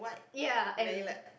ya and